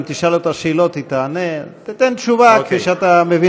אם אני לא יכולה להרצות בפני סטודנטים כי אני אישה,